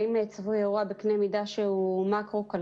האם צפוי אירוע בקנה מידה שהוא מקרו-כלכלי.